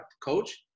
coach